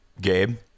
gabe